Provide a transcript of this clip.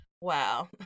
Wow